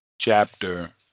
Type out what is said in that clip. chapter